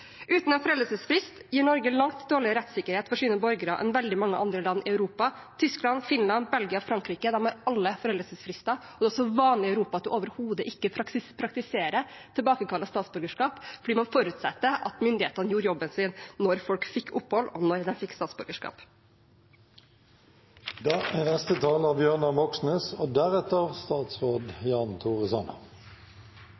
Uten en foreldelsesfrist gir Norge langt dårligere rettssikkerhet for sine borgere enn veldig mange andre land i Europa – Tyskland, Finland, Belgia og Frankrike har alle foreldelsesfrister, og det er også vanlig i Europa at man overhodet ikke praktiserer tilbakekall av statsborgerskap, fordi man forutsetter at myndighetene gjorde jobben sin da folk fikk opphold, og da de fikk statsborgerskap. Rettssikkerhet er